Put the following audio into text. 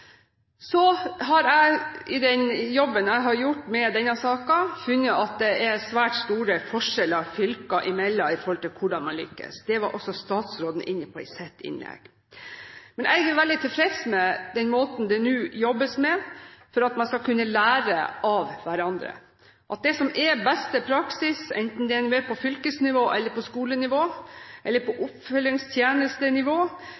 har i arbeidet med denne saken funnet ut at det er svært store forskjeller fylker imellom med hensyn til hvordan man lykkes med dette. Det var også statsråden inne på i sitt innlegg. Jeg er veldig tilfreds med den måten det nå jobbes på, for at man skal kunne lære av hverandre, at det som er beste praksis, enten det er på fylkesnivå, på skolenivå eller på